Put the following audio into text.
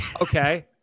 Okay